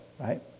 right